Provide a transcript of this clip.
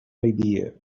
idea